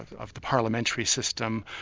of the parliamentary system,